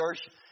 church